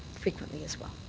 frequently as well.